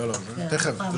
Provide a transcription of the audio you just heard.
--- אני